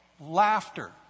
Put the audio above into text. laughter